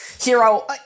hero